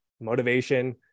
motivation